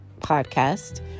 podcast